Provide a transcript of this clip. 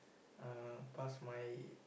uh pass my